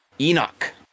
Enoch